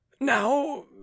now